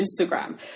Instagram